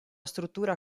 struttura